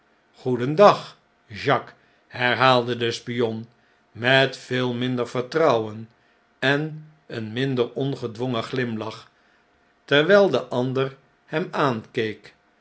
goedendag jacques i herhaalde de spion met veel minder vertrouwen en een minder ongedwongen glimlach terwijl de ander hem aankeek